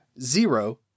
Zero